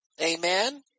Amen